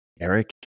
Eric